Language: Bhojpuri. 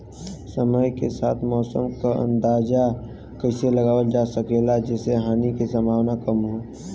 समय के साथ मौसम क अंदाजा कइसे लगावल जा सकेला जेसे हानि के सम्भावना कम हो?